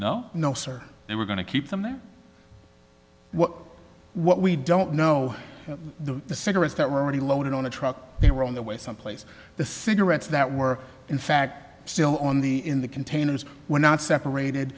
no sir they were going to keep them there what we don't know the cigarettes that were already loaded on the truck they were on the way someplace the cigarettes that were in fact still on the in the containers were not separated